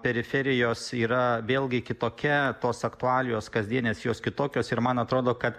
periferijos yra vėlgi kitokia tos aktualijos kasdienės jos kitokios ir man atrodo kad